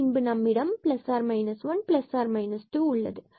பின்பு நம்மிடம் உள்ளது±1±2